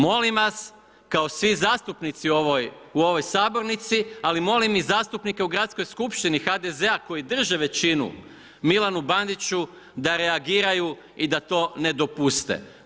Molim vas, kao svi zastupnici u ovom sabornici, ali molim i zastupnike u Gradskoj skupštini HDZ-a koji drže većinu Milanu Bandiću da reagiraju i da to ne dopuste.